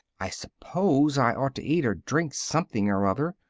i suppose i ought to eat or drink something or other,